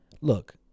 Look